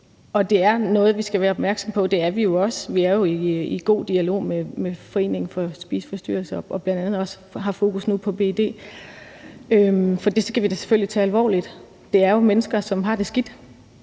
Det er noget, vi skal være opmærksomme på, og det er vi også; vi er jo i god dialog med Foreningen Spiseforstyrrelser og Selvskade og har bl.a. nu også fokus på BED. For vi skal da selvfølgelig tage det alvorligt; det er jo mennesker, som har det skidt.